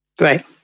Right